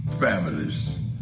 families